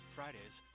Fridays